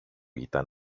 ήταν